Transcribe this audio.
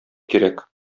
кирәк